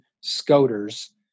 scoters